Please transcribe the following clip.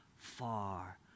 far